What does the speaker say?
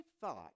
thought